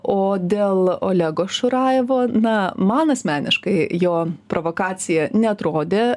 o dėl olego šurajevo na man asmeniškai jo provokacija neatrodė